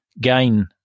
gain